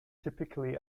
typically